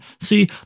See